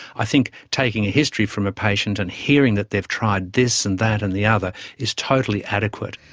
i think taking a history from a patient and hearing that they have tried this and that and the other is totally adequate.